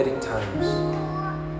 Times